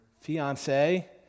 fiance